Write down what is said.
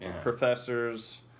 professors